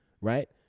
right